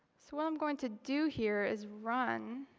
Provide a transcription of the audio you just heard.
so what i'm going to do here is run